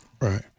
Right